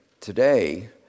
today